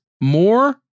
more